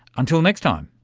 until next time